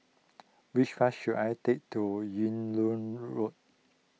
which bus should I take to Yung Loh Road